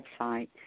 website